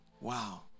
wow